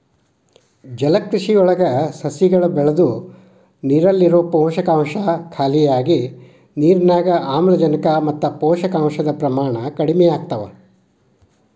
ಜಲಕೃಷಿಯೊಳಗ ಸಸಿಗಳು ಬೆಳದು ನೇರಲ್ಲಿರೋ ಪೋಷಕಾಂಶ ಖಾಲಿಯಾಗಿ ನಿರ್ನ್ಯಾಗ್ ಆಮ್ಲಜನಕ ಮತ್ತ ಪೋಷಕಾಂಶದ ಪ್ರಮಾಣ ಕಡಿಮಿಯಾಗ್ತವ